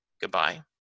goodbye